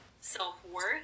self-worth